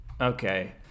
Okay